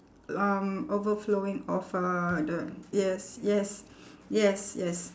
um overflowing of uh the yes yes yes yes